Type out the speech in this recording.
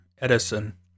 Edison